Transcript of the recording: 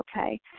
okay